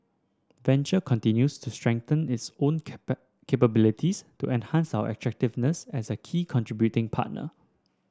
venture continues to strengthen its own cap capabilities to enhance our attractiveness as a key contributing partner